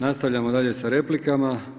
Nastavljamo dalje sa replikama.